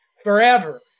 Forever